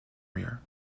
rear